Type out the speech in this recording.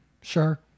Sure